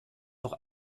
noch